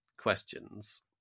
questions